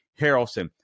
Harrelson